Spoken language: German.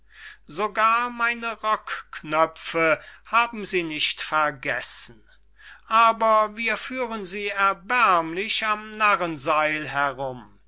meine rokknöpfe haben sie nicht vergessen aber wir führen sie erbärmlich am narrenseil herum